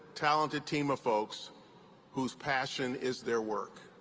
talented team of folks whose passion is their work.